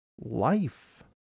life